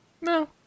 No